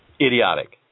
idiotic